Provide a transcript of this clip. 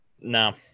No